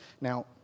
Now